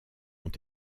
ont